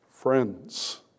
friends